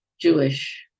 Jewish